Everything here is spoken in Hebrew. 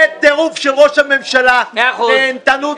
זה טירוף של ראש הממשלה, נהנתנות לשמה.